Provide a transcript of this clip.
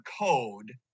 code